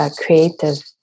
creative